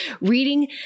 reading